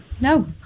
No